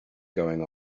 going